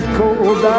cold